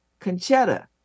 Conchetta